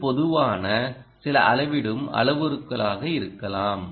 இது பொதுவான சில அளவிடும் அளவுருக்களாக இருக்கலாம்